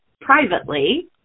privately